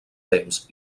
temps